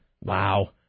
Wow